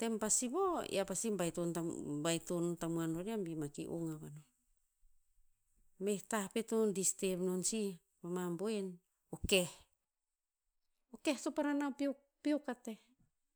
tem pa sivo, ear pasi baiton tam- baiton tamuan ror yiah bi ma ki ong a vanon. Meh tah pet to distev non sih pama boen o keh. O keh to parana peokpeok kateh